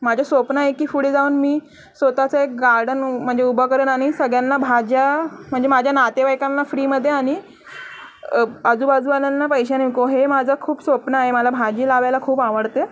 माझं स्वप्न आहे की पुढे जाऊन मी स्वतःचं एक गार्डन म्हणजे उभं करेन आणि सगळ्यांना भाज्या म्हणजे माझ्या नातेवाईकांना फ्रीमध्ये आणि आजूबाजूवाल्यांना पैशानी विकून हे माझं खूप स्वप्न आहे मला भाजी लावायला खूप आवडते